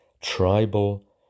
tribal